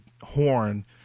horn